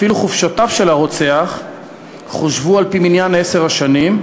אפילו חופשותיו חושבו על-פי מניין עשר השנים,